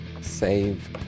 Save